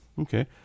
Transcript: Okay